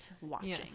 watching